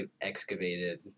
excavated